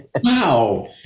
wow